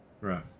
Right